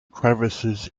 crevices